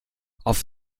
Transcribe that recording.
auf